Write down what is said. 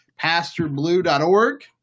PastorBlue.org